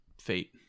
fate